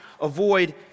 avoid